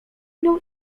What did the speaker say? nią